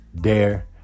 dare